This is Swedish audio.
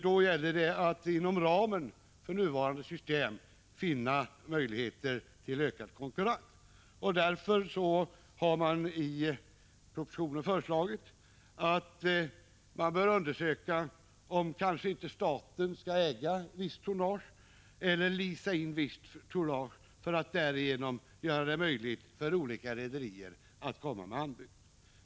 Då gäller det att inom ramen för nuvarande system finna 2 juni 1986 möjligheter till ökad konkurrens. I propositionen har det därför föreslagits att man bör undersöka om inte staten skall äga visst tonnage eller leasa in visst tonnage för att möjliggöra för olika rederier att lämna anbud.